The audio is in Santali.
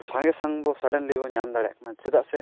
ᱥᱟᱸᱜᱮ ᱥᱟᱝᱵᱚ ᱥᱟᱰᱮᱱᱞᱤ ᱵᱚ ᱧᱟᱢ ᱫᱟᱲᱮᱭᱟᱜ ᱠᱟᱱᱟ ᱪᱮᱫᱟᱜ ᱥᱮ